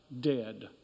Dead